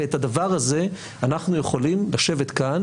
ואת הדבר הזה אנחנו יכולים לשבת כאן